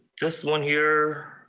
this one here.